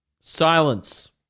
Silence